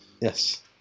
Yes